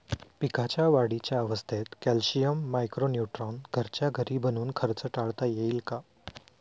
पीक वाढीच्या अवस्थेत calcium, micro neutron घरच्या घरी बनवून खर्च टाळता येईल का?